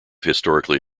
historically